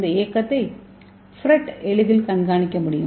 இந்த இயக்கத்தை FRET எளிதில் கண்காணிக்க முடியும்